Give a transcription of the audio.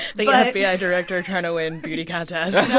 the yeah fbi yeah director trying to win beauty contests